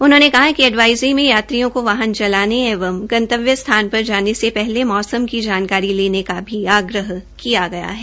उन्होंने कहा कि एडवाइजरी में यात्रियों को वाहन चलाने एवं गंतव्य स्थान पर जाने से पहले मौसम की जानकारी लेने का भी आग्रह किया गया है